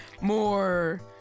More